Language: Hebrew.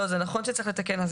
נכון שצריך לתקן את